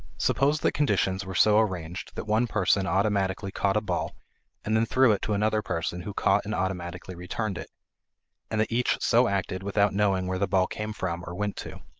suppose that conditions were so arranged that one person automatically caught a ball and then threw it to another person who caught and automatically returned it and that each so acted without knowing where the ball came from or went to.